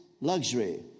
luxury